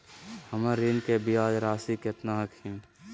हमर ऋण के ब्याज रासी केतना हखिन?